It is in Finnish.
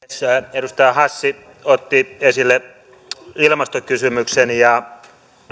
edustaja hassi otti esille ilmastokysymyksen ja